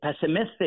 pessimistic